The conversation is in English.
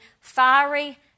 fiery